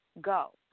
go